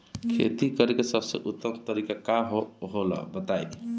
खेती करे के सबसे उत्तम तरीका का होला बताई?